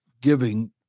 giving